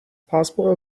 possible